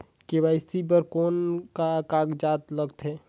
KYC बर कौन का कागजात लगथे?